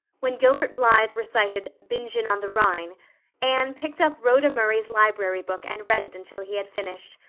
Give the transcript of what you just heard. when gilbert blythe recited bingen on the rhine anne picked up rhoda murray's library book and read it until he had finished,